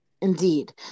Indeed